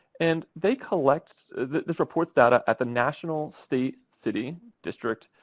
and they collect this report data at the national, state, city, district,